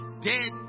dead